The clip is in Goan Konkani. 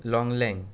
लॉंगलेन